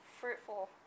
fruitful